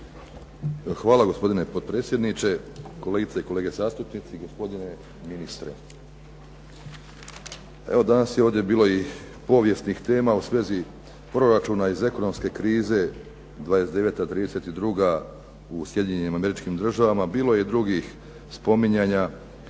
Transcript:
Hvala, gospodine potpredsjedniče. Kolegice i kolege zastupnici. Gospodine ministre. Evo danas je ovdje bilo i povijesnih tema u svezi proračuna iz ekonomske krize '29., '32. u Sjedinjenim Američkim Državama. Bilo je i drugih spominjanja